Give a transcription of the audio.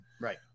Right